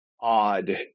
odd